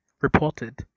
reported